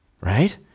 right